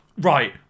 right